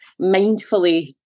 mindfully